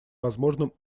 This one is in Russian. возможным